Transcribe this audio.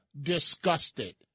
disgusted